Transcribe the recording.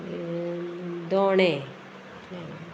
दोणे